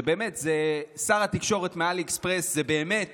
שר תקשורת מעלי אקספרס זה באמת